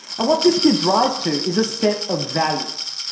and what this gives rise to is a set of values.